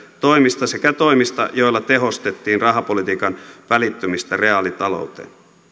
toimista sekä toimista joilla tehostettiin rahapolitiikan välittymistä reaalitalouteen